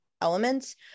elements